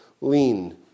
lean